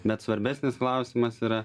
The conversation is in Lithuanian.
bet svarbesnis klausimas yra